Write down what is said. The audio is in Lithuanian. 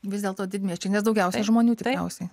vis dėlto didmiesčiai nes daugiausia žmonių tikriausiai